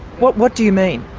what what do you mean?